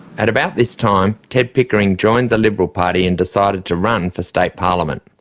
at about this time, ted pickering joined the liberal party and decided to run for state parliament.